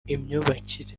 imyubakire